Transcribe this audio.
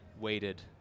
waited